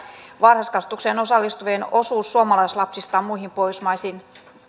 varhaiskasvatukseen osallistuvien osuus suomalaisten lapsista on muihin pohjoismaihin